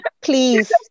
Please